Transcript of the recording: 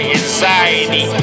anxiety